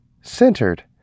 centered